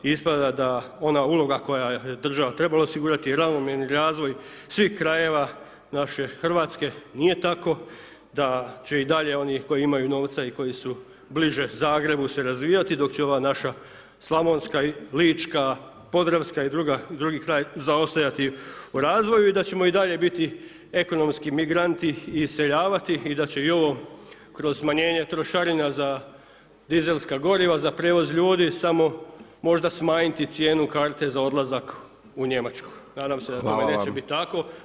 Ispada da ona uloga koja je država trebala osigurati je ravnomjerni razvoj svih krajeva naše RH, nije tako, da će i dalje oni koji imaju novca i koji su bliže Zagrebu se razvijati, dok će ova naša slavonska, lička, podravska i drugi kraj zaostajati u razvoju i da ćemo i dalje biti ekonomski migranti i iseljavati i da će i ovo kroz smanjenje trošarina za dizelska goriva, za prijevoz ljudi, samo možda smanjiti cijenu karte za odlazak u Njemačku [[Upadica: Hvala.]] Nadam se da tome neće biti tako.